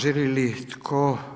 Želi li tko?